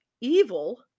evil